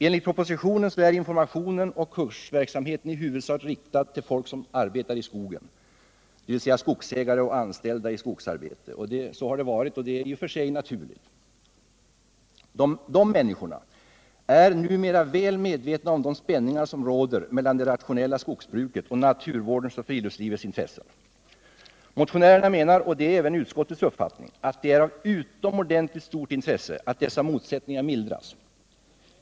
Enligt propositionen är informationen och kursverksamheten i huvudsak riktad till folk som arbetar i skogen, dvs. skogsägare och anställda i skogsarbete. Så har det varit, och det är i och för sig naturligt. Dessa människor är numera väl medvetna om de spänningar som råder mellan det rationella skogsbruket och naturvårdens och friluftslivets intressen. Motionärerna menar att — och det är även utskottets uppfattning — det är av utomordentligt stort intresse att dessa motsättningar mildras.